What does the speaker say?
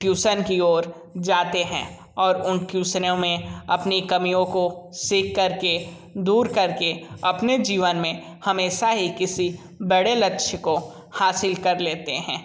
tuition की ओर जाते हैं और उन ट्यूसनों में अपनी कमियों को सीख करके दूर करके अपने जीवन में हमेशा ही किसी बड़े लक्ष्य को हासिल कर लेते हैं